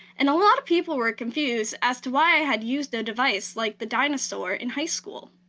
and a lot of people were confused as to why i had used a device like the dinosaur in high school.